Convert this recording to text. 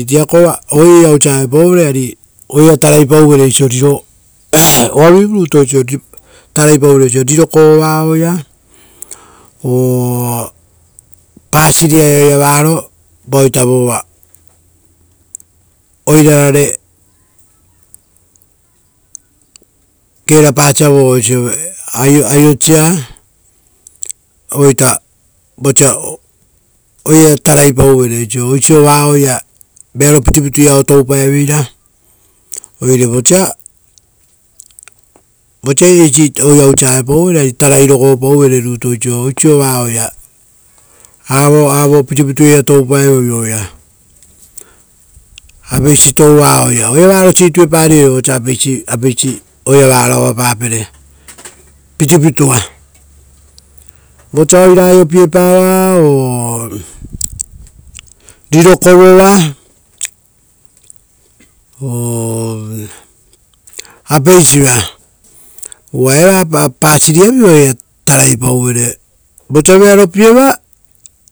iria ousa auepau vere riakova iria ia tarai pauvere oisio eriro kovova? O pitupitua oira varo, vosa oirara re kerapao aiopasia, ora oiraia taraipauvere oisio oisiova oia, avo pitupituora toupae oia riakova, apeisi toura o-ia, oira varo situeparivere. Ora vosa, oira aiopiepava, ora riro kovova o-apeisiva. Uva eva pitupituavi oi tarai pau vere.